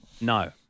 No